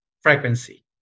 frequency